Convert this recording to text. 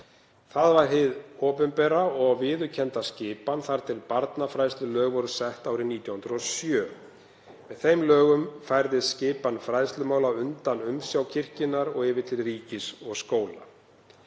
Það var hin opinbera og viðurkennda skipan þar til barnafræðslulög voru sett árið 1907. Með þeim lögum færðist skipan fræðslumála undan umsjá kirkjunnar og yfir til ríkis og skóla.